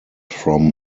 from